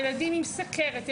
ילדים עם סוכרת,